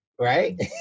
right